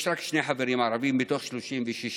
יש רק שני חברים ערבים מתוך 36,